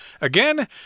Again